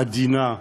עדינה,